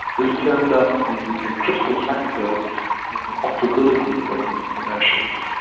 this turns out to be a critical factor in the operability of these new airships,